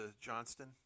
johnston